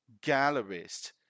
Gallerist